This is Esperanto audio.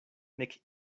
nek